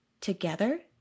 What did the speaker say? together